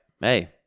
Hey